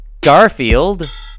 Garfield